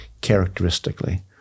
characteristically